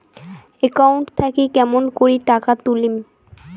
Account থাকি কেমন করি টাকা তুলিম?